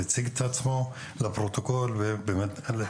מציג את עצמו לפרוטוקול ומדבר.